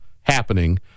happening